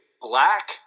black